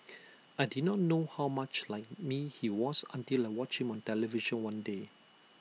I did not know how much like me he was until like watching on television one day